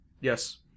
Yes